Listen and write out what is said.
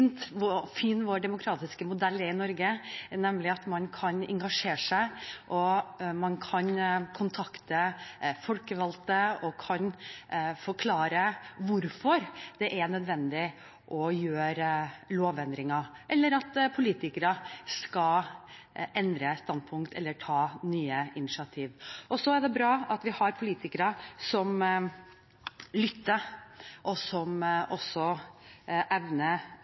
fin vår demokratiske modell i Norge er, nemlig at man kan engasjere seg, man kan kontakte folkevalgte, og man kan forklare hvorfor det er nødvendig å gjøre lovendringer, eller hvorfor politikere skal endre standpunkt eller ta nye initiativer. Så er det bra at vi har politikere som lytter, og som også